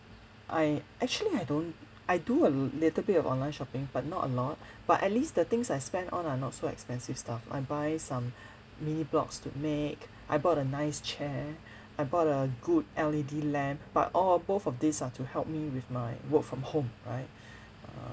I actually I don't I do a little bit of online shopping but not a lot but at least the things I spend on are not so expensive stuff I buy some mini blocks to make I bought a nice chair I bought a good L_E_D lamp but all both of these are to help me with my work from home right